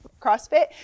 CrossFit